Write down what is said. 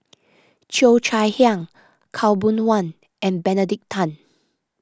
Cheo Chai Hiang Khaw Boon Wan and Benedict Tan